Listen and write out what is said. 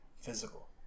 physical